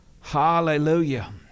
Hallelujah